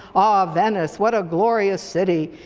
ah, venice, what a glorious city.